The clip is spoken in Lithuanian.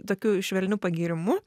tokiu švelniu pagyrimu